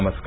नमस्कार